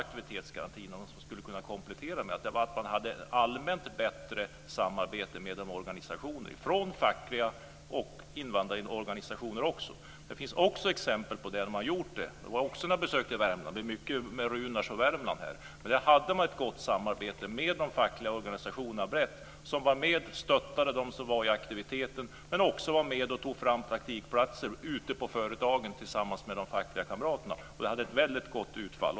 Aktivitetsgarantin skulle nog kunna kompletteras med ett allmänt bättre samarbete med organisationer, fackliga organisationer och invandrarorganisationer. Det finns också exempel på att det har skett. När jag besökte Värmland - det blir mycket med Runar Patriksson och Värmland - fanns det ett gott samarbete med de fackliga organisationerna. De var med och stöttade de som deltog i aktiviteten, och de var med och tog fram praktikplatser på företagen tillsammans med de fackliga kamraterna. Det var ett gott utfall.